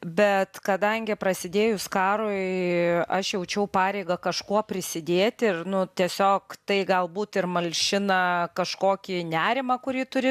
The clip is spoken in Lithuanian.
bet kadangi prasidėjus karui aš jaučiau pareigą kažkuo prisidėti ir nu tiesiog tai galbūt ir malšina kažkokį nerimą kurį turi